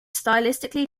stylistically